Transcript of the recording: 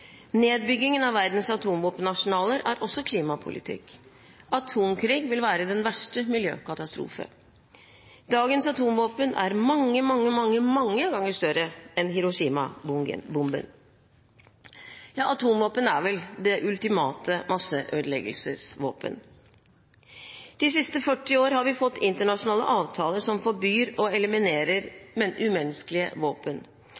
Nedbygging av verdens atomvåpenarsenaler er også klimapolitikk. Atomkrig vil være den verste miljøkatastrofe. Dagens atomvåpen er mange, mange, mange ganger større enn Hiroshima-bomben. Atomvåpen er det ultimate masseødeleggelsesvåpen. De siste 40 år har vi fått internasjonale avtaler som forbyr og eliminerer umenneskelige våpen: